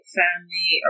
family